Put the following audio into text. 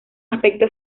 aspecto